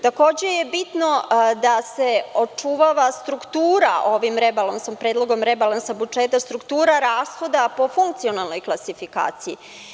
Takođe je bitno da se očuvava struktura ovim Predlogom rebalansa budžeta, struktura rashoda po funkcionalnoj klasifikaciji.